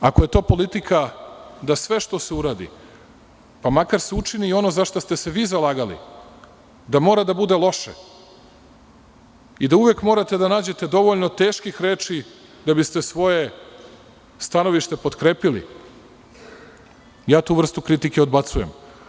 Ako je to politika, da sve što se uradi, pa makar se učini i ono za šta ste se vi zalagali, da mora da bude loše i da uvek morate da nađete dovoljno teških reči da biste svoje stanovište potkrepili, ja tu vrstu kritike odbacujem.